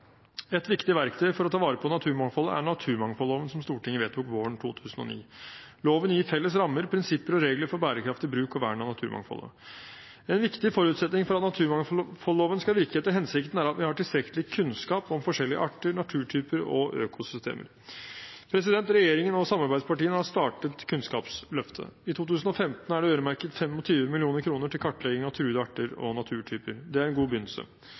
Et viktig verktøy for å ta vare på naturmangfoldet er naturmangfoldloven, som Stortinget vedtok våren 2009. Loven gir felles rammer, prinsipper og regler for bærekraftig bruk og vern av naturmangfoldet. En viktig forutsetning for at naturmangfoldloven skal virke etter hensikten, er at vi har tilstrekkelig kunnskap om forskjellige arter, naturtyper og økosystemer. Regjeringen og samarbeidspartiene har startet Kunnskapsløftet. I 2015 er det øremerket 25 mill. kr til kartlegging av truede arter og naturtyper. Det er en god begynnelse.